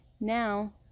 Now